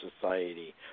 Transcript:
society